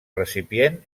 recipient